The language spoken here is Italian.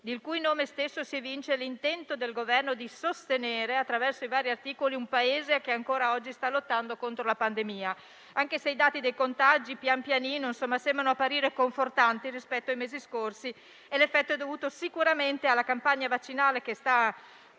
dal cui nome stesso si evince l'intento del Governo di sostenere, attraverso i vari articoli, un Paese che ancora oggi sta lottando contro la pandemia, anche se i dati dei contagi pian piano sembrano apparire confortanti rispetto ai mesi scorsi. L'effetto è dovuto sicuramente alla campagna vaccinale che sta incentivandosi,